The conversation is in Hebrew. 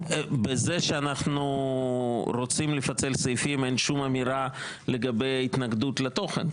בזה שאנחנו רוצים לפצל סעיפים אין שום אמירה לגבי התנגדות לתוכן,